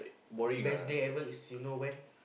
the best day every is you know when